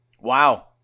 Wow